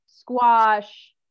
Squash